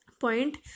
point